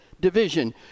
division